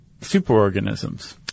superorganisms